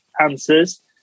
answers